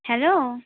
hello